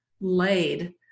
laid